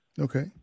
Okay